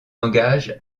engage